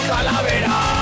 Calavera